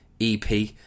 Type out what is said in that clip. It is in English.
EP